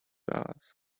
hours